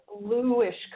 bluish